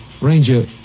Ranger